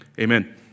amen